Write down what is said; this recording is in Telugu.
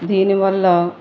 దీనివల్ల